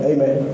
Amen